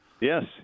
Yes